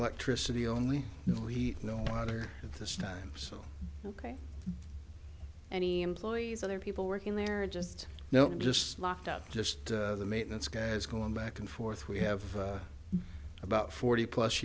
electricity only no heat no water at this time so ok any employees other people working there are just now just locked up just the maintenance guys going back and forth we have about forty plus